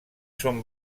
són